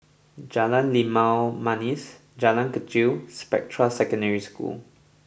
Jalan Limau Manis Jalan Kechil and Spectra Secondary School